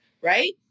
right